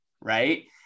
right